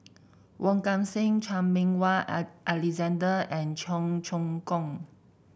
Wong Kan Seng Chan Meng Wah Alexander and Cheong Choong Kong